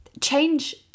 change